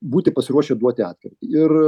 būti pasiruošę duoti atkirtį ir